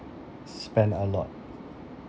spend a lot